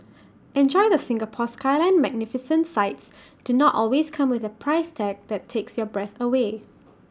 enjoy the Singapore skyline magnificent sights do not always come with A price tag that takes your breath away